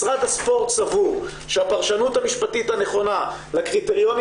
משרד הספורט סבור שהפרשנות המשפטית הנכונה לקריטריונים